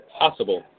possible